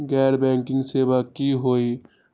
गैर बैंकिंग सेवा की होई?